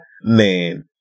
man